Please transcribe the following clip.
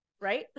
right